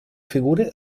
figure